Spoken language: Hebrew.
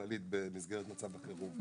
הכללית במסגרת מצב החירום.